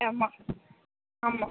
ஆமாம் ஆமாம்